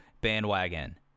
bandwagon